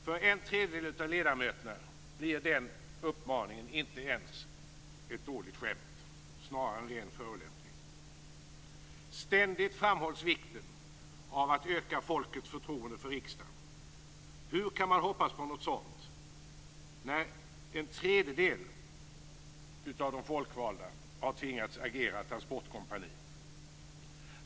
För en tredjedel av ledamöterna blir den uppmaningen inte ens ett dåligt skämt - snarare en ren förolämpning. Ständigt framhålls vikten av att öka folkets förtroende för riksdagen. Hur kan man hoppas på något sådant när en tredjedel av de folkvalda har tvingats agera transportkompani?